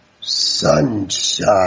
sunshine